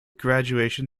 graduation